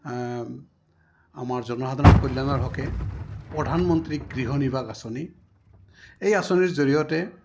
আমাৰ জনসাধাৰক কল্যাণাৰ হকে প্ৰধানমন্ত্ৰী গৃহ নিৱাস আঁচনি এই আঁচনিৰ জৰিয়তে